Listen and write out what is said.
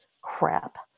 Crap